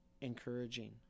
encouraging